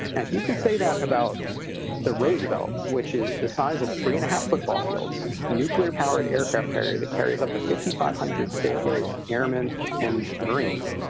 if you can say that about the roosevelt, which is the size of three and a half football fields, nuclear powered aircraft carrier that carries up to fifty five hundred sailors, airmen and marines,